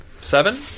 Seven